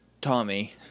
Tommy